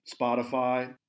Spotify